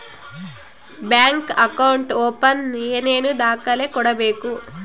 Bank account open ಏನೇನು ದಾಖಲೆ ಕೊಡಬೇಕು?